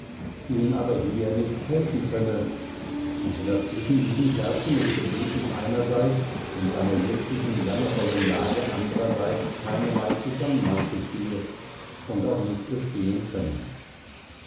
ihm aber hier nichts helfen könne und daß zwischen diesen kerzen und gebeten einerseits und seiner jetzigen jammervollen lage andrerseits keinerlei zusammenhang bestehe und auch nicht bestehen könne